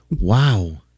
Wow